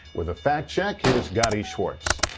with the fact check, here's gadi schwartz.